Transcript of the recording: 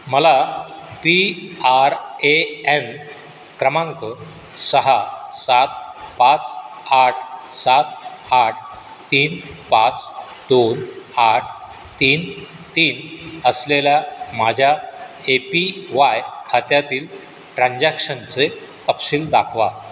मला P R A N क्रमांक सहा सात पाच आठ सात आठ तीन पाच दोन आठ तीन तीन असलेल्या माझ्या ए पी वाय खात्यातील ट्रान्झॅक्शनचे तपशील दाखवा